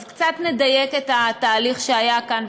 אז קצת נדייק את התהליך שהיה כאן,